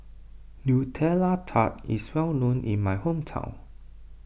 Nutella Tart is well known in my hometown